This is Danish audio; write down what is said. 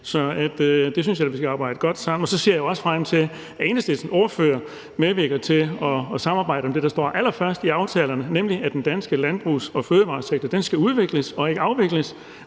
Så det synes jeg da vi skal arbejde godt sammen om. Og så ser jeg jo også frem til, at Enhedslistens ordfører medvirker til at samarbejde om det, der står allerførst i aftalerne, nemlig at den danske landbrugs- og fødevaresektor skal udvikles og ikke afvikles.